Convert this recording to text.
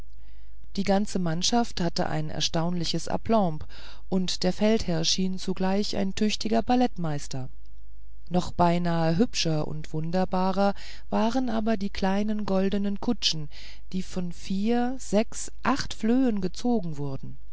die ganze mannschaft hatte ein erstaunliches aplomb und der feldherr schien zugleich ein tüchtiger ballettmeister noch beinahe hübscher und wunderbarer waren aber die kleinen goldnen kutschen die von vier sechs acht flöhen gezogen wurden